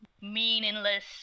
Meaningless